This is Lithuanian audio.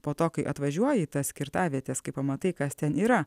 po to kai atvažiuoji į tas kirtavietes kai pamatai kas ten yra